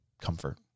comfort